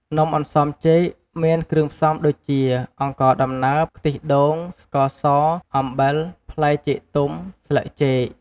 នំអន្សមចេកមានគ្រឿងផ្សំដូចជាអង្ករដំណើប ខ្ទិះដូង ស្ករស អំបិល ផ្លែចេកទុំ ស្លឹកចេក។